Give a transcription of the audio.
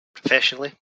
professionally